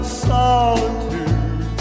solitude